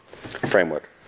framework